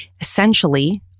essentially